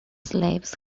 slaves